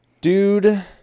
Dude